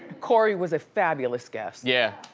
corey was a fabulous guest. yeah,